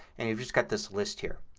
and you've just got this list here.